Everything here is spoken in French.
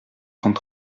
trente